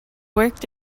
worked